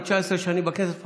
אני 19 שנים בכנסת,